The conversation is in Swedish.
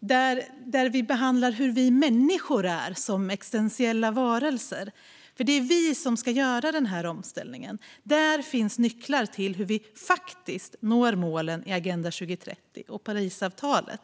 där vi behandlar hur vi människor är som existentiella varelser. Det är nämligen vi som ska göra denna omställning. Där finns nycklar till hur vi faktiskt når målen i Agenda 2030 och Parisavtalet.